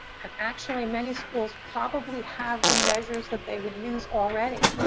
and actually, many schools probably have the measures that they would use already,